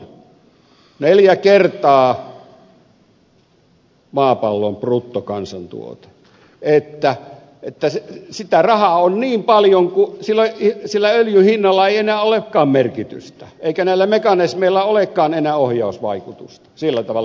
niitä on niin paljon neljä kertaa maapallon bruttokansatuote sitä rahaa on niin paljon että sillä öljyn hinnalla ei enää olekaan merkitystä eikä näillä mekanismeilla olekaan enää ohjausvaikutusta sillä tavalla kuin pitäisi olla